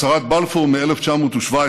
הצהרת בלפור מ-1917